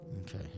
Okay